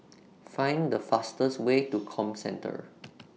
Find The fastest Way to Comcentre